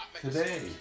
today